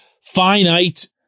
finite